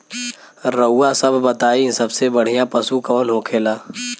रउआ सभ बताई सबसे बढ़ियां पशु कवन होखेला?